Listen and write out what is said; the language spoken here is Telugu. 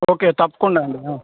ఓకే తప్పకుండా అండి